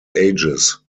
ages